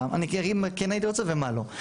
אני אגיד מה כן הייתי רוצה ומה לא.